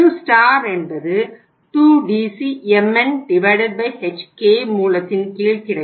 Q என்பது 2DCmn Hk மூலத்தின் கீழ் கிடைக்கும்